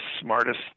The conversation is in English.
smartest